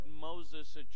Moses